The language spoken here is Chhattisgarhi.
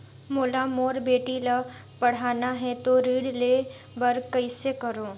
मोला मोर बेटी ला पढ़ाना है तो ऋण ले बर कइसे करो